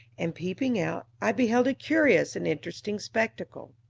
and peeping out, i beheld a curious and interesting spectacle.